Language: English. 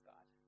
God